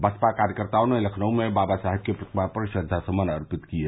बसपा कार्यकर्ताओं ने लखनऊ में बाबा साहब की प्रतिमा पर श्रद्वा समन अर्पित किये